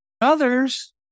Others